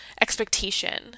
expectation